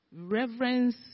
reverence